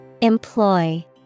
Employ